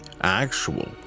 actual